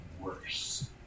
worse